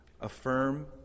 affirm